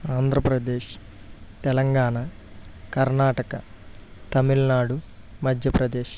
Andhra Pradesh Telangana Karnataka Tamil Nadu Madhya Pradesh